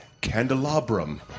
candelabrum